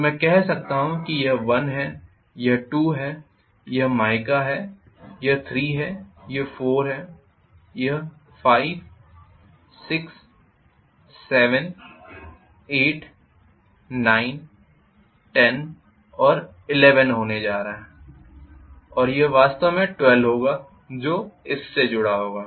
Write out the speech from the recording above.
तो मैं कह सकता हूं कि यह 1 है यह 2 है यह माइका है यह 3 है यह 4 है यह 5 6 7 8 9 10 और 11 होने जा रहा है और यह वास्तव में 12 होगा जो इससे जुड़ा होगा